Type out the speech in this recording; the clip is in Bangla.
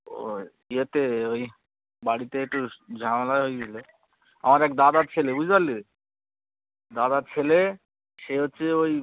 ওই ইয়েতে ওই বাড়িতে একটু স ঝামেলা হয়ে গিয়েছিলো আমার এক দাদার ছেলে বুঝতে পারলি দাদার ছেলে সে হচ্ছে যে ওই